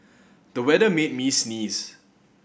the weather made me sneeze